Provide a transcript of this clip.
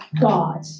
God